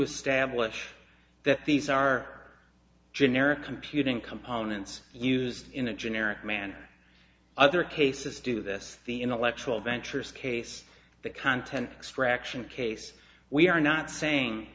establish that these are generic computing components used in a generic manner other cases do this the intellectual ventures case the content extraction case we are not saying